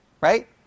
Right